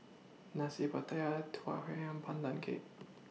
Nasi Pattaya Tua Huay and Pandan Cake